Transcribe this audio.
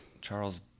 Charles